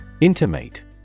Intimate